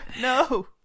No